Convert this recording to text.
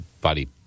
body